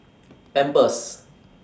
Pampers